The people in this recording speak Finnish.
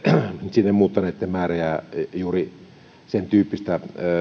sinne muuttaneitten määrä ja juuri sentyyppisten